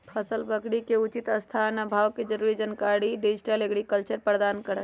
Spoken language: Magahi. फसल बिकरी के उचित स्थान आ भाव के जरूरी जानकारी डिजिटल एग्रीकल्चर प्रदान करहइ